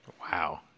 Wow